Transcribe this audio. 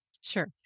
Sure